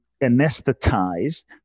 anesthetized